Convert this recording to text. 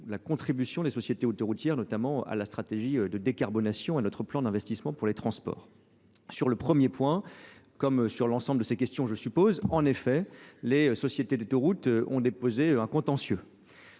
ou une taxation – des sociétés autoroutières à notre stratégie de décarbonation et à notre plan d’investissement pour les transports. Sur le premier point, comme sur l’ensemble de ces questions, je suppose, les sociétés d’autoroutes ont déposé un contentieux.